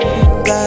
God